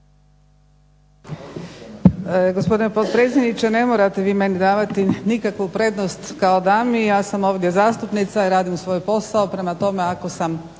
Hvala